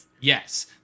Yes